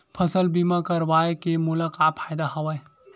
फसल बीमा करवाय के मोला का फ़ायदा हवय?